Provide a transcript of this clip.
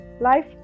Life